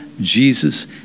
Jesus